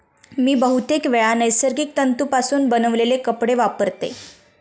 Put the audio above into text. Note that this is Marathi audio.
मी बहुतेकवेळा नैसर्गिक तंतुपासून बनवलेले कपडे वापरतय